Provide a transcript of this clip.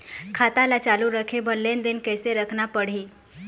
खाता ला चालू रखे बर लेनदेन कैसे रखना पड़ही?